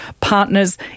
partners